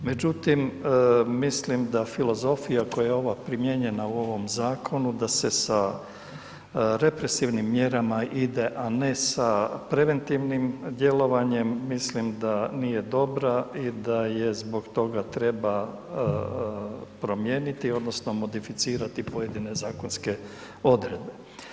Međutim mislim da filozofija koja je ova primijenjena u ovom zakonu da se sa represivnim mjerama ide a ne sa preventivnim djelovanjem, mislim da nije dobra i da je zbog toga treba promijeniti odnosno modificirati pojedine zakonske odredbe.